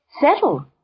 Settle